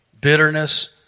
bitterness